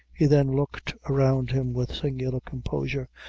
he then looked around him with singular composure,